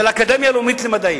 של האקדמיה הלאומית למדעים,